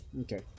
okay